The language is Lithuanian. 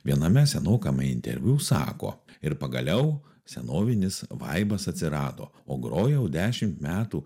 viename senokame interviu sako ir pagaliau senovinis vaibas atsirado o grojau dešimt metų